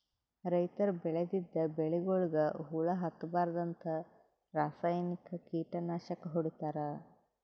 ರೈತರ್ ಬೆಳದಿದ್ದ್ ಬೆಳಿಗೊಳಿಗ್ ಹುಳಾ ಹತ್ತಬಾರ್ದ್ಂತ ರಾಸಾಯನಿಕ್ ಕೀಟನಾಶಕ್ ಹೊಡಿತಾರ್